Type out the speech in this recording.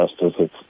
justice